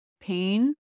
pain